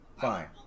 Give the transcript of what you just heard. fine